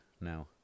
now